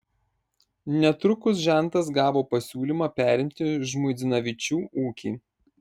netrukus žentas gavo pasiūlymą perimti žmuidzinavičių ūkį